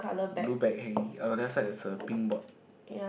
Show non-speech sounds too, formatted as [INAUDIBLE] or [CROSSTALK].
blue bag hanging on the other side there is a pink board [BREATH]